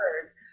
words